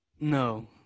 No